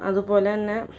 അതുപോലെ തന്നെ